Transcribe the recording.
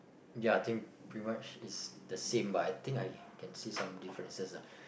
ya think pretty much is the same but I think I can see some differences ah